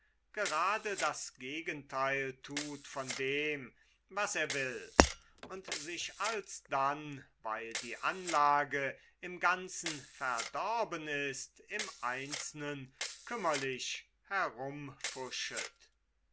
gerade das gegenteil tut von dem was er will und sich alsdann weil die anlage im ganzen verdorben ist im einzelnen kümmerlich